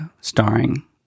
starring